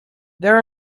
there